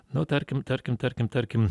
nu tarkim tarkim tarkim tarkim